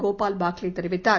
கோபால் பாக்லே தெரிவித்தார்